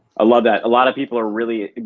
i love that. a lot of people are really,